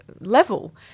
level